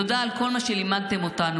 תודה על כל מה שלימדתם אותנו,